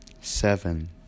seven